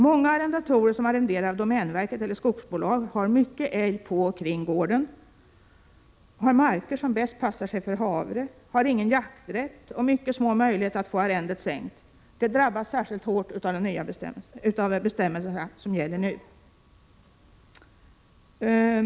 Många arrendatorer som arrenderar av domänverket eller skogsbolag har mycket älg på och kring gården. De har marker som bäst passar för havre. De har ingen jakträtt och mycket små möjligheter att få arrendet sänkt. De drabbas särskilt hårt av bestämmelserna som gäller nu.